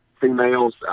females